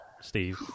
Steve